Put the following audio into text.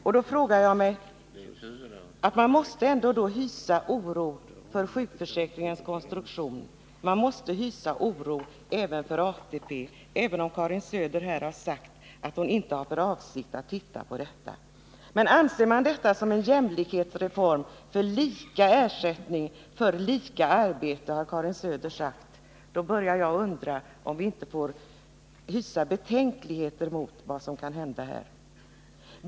Men då måste man hysa oro för sjukförsäkringens konstruktion och även för ATP, även om Karin Söder här sagt att hon inte har för avsikt att röra vid dessa områden. Men anser man detta vara en jämlikhetsreform — lika ersättning för lika arbete, har Karin Söder sagt — börjar jag undra om vi inte måste hysa betänkligheter inför vad som kan komma att hända här.